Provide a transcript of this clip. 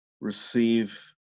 receive